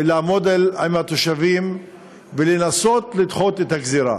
לעמוד עם התושבים ולנסות לדחות את הגזירה.